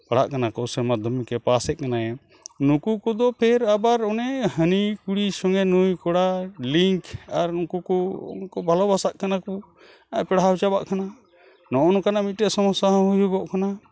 ᱯᱟᱲᱦᱟᱜ ᱠᱟᱱᱟ ᱠᱚ ᱥᱮ ᱢᱟᱫᱽᱫᱷᱚᱢᱤᱠᱮ ᱯᱟᱥ ᱠᱟᱱᱟᱭᱮ ᱱᱩᱠᱩ ᱠᱚᱫᱚ ᱯᱷᱮᱨ ᱟᱵᱟᱨ ᱚᱱᱮ ᱦᱟᱹᱱᱤ ᱠᱩᱲᱤ ᱥᱚᱸᱜᱫᱮ ᱱᱩᱭ ᱠᱚᱲᱟ ᱞᱤᱝᱠ ᱟᱨ ᱩᱱᱠᱩ ᱠᱚ ᱵᱷᱟᱞᱚᱵᱟᱥᱟᱜ ᱠᱟᱱᱟ ᱠᱚ ᱟᱨ ᱯᱟᱲᱦᱟᱣ ᱦᱚᱸ ᱪᱟᱵᱟᱜ ᱠᱟᱱᱟ ᱱᱚᱜᱼᱚ ᱱᱚᱝᱠᱟᱱᱟᱜ ᱢᱤᱫᱴᱮᱡ ᱥᱚᱢᱚᱥᱥᱟ ᱦᱚᱸ ᱦᱩᱭᱩᱜᱚᱜ ᱠᱟᱱᱟ